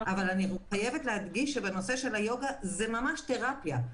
אני חייבת להדגיש שיוגה זה ממש תרפיה.